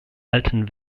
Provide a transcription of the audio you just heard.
alten